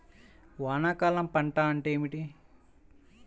వానాకాలం పంట అంటే ఏమిటి?